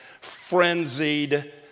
frenzied